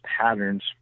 patterns